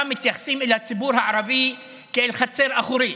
מתייחסים אל הציבור הערבי כאל חצר אחורית,